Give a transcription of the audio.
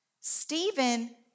Stephen